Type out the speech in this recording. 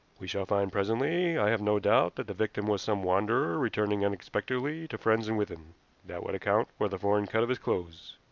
we shall find presently, i have no doubt, that the victim was some wanderer returning unexpectedly to friends in withan. that would account for the foreign cut of his clothes.